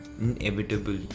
inevitable